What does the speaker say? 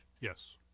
Yes